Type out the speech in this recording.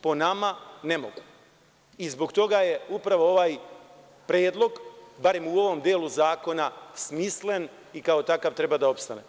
Po nama ne mogu i zbog toga je upravo ovaj predlog, barem u ovom delu zakona, smislen i kao takav treba da opstane.